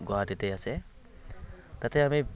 গুৱাহাটীতে আছে তাতে আমি